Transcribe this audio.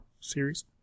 series